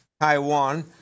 Taiwan